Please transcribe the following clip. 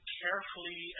carefully